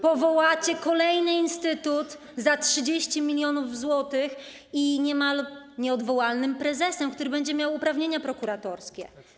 Powołacie kolejny instytut za 30 mln zł z niemal nieodwoływalnym prezesem, który będzie miał uprawnienia prokuratorskie.